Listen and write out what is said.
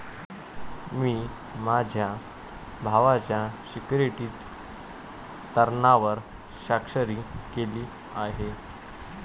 मी माझ्या भावाच्या सिक्युरिटीज तारणावर स्वाक्षरी केली आहे